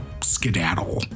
skedaddle